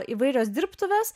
įvairios dirbtuvės